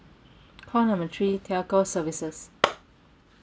call number three telco services